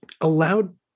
allowed